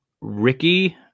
Ricky